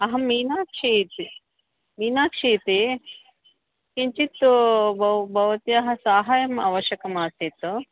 अहं मीनाक्षी इति मीनाक्षी इति किञ्चित् ब भवत्याः सहाय्यम् आवश्यकमासीत्